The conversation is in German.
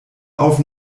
auf